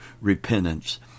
repentance